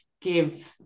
give